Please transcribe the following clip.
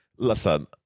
Listen